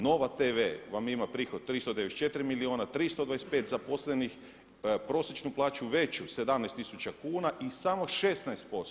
Nov@ tv vam ima prihod 394 milijuna 325 zaposlenih, prosječnu plaću veću 17 tisuća kuna i samo 16%